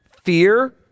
fear